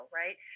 right